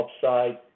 upside